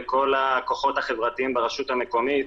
וכל הכוחות החברתיים ברשות המקומית,